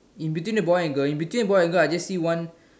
in between the boy and girl in between the boy and girl I just see one